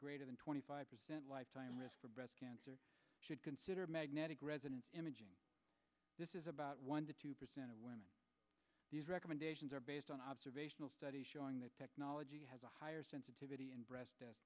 greater than twenty five percent lifetime risk for breast cancer should consider magnetic resonance imaging this is about one to two percent of women these recommendations are based on observational studies showing that technology has a higher sensitivity in breast